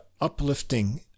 uplifting